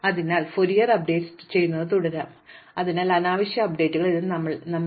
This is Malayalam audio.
അതിനാൽ ഞങ്ങൾക്ക് ഫോറിയർ അപ്ഡേറ്റുകൾ ചെയ്യുന്നത് തുടരാം അതിനാൽ അനാവശ്യ അപ്ഡേറ്റുകൾ ഇത് ഞങ്ങളെ വേദനിപ്പിക്കുന്നില്ല